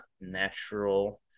natural